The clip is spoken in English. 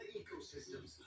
ecosystems